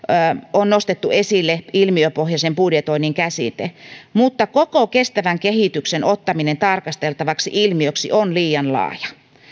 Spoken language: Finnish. on nostettu esille ilmiöpohjaisen budjetoinnin käsite mutta koko kestävän kehityksen ottaminen tarkasteltavaksi ilmiöksi on liian laaja